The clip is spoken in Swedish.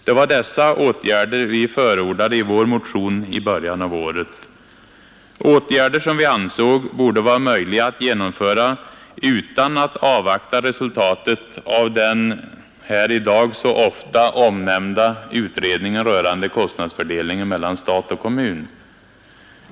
Det var dessa åtgärder vi förordade i vår motion i början av året, åtgärder som vi ansåg borde vara möjliga att genomföra utan att avvakta resultatet av den här i dag så ofta omnämnda utredningen rörande kostnadsfördelningen mellan stat och kommun.